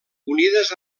unides